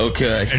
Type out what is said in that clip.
Okay